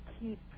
keep